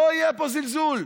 לא יהיה פה זלזול.